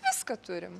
viską turim